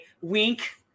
wink